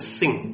sing